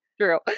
true